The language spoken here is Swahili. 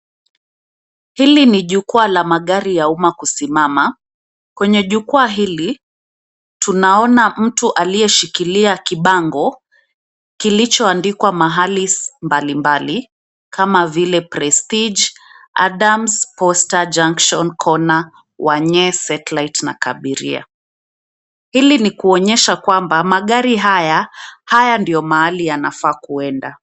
Hili ni jukwaa la magari ya umma kusimama, kwenye jukwaa hili, tunaona mtu aliyeshikilia kibango, kilichoandikwa mahali, mbalimbali, kama vile Prestige, Adams, Posta, Junction, Corner, Wanyee, Satelitte na Kabiria , hili ni kuonyesha kwamba magari haya, haya ndio mahali yanafaa kuenda.